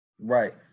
right